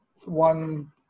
one